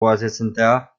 vorsitzender